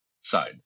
side